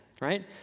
right